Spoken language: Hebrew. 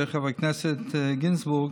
חבר הכנסת גינזבורג,